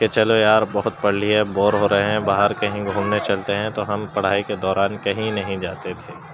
کہ چلو یار بہت پڑھ لیے اب بور ہو رہے ہیں باہر کہیں گھومنے چلتے ہیں تو ہم پڑھائی کے دوران کہیں نہیں جاتے تھے